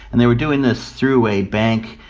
and they were doing this through a bank,